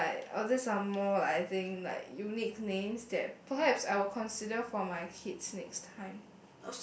like or there's some more like I think like unique names that perhaps I will consider for my kids next time